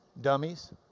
dummies